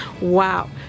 wow